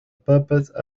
puppet